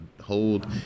hold